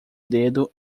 dedo